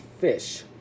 fish